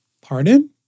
pardon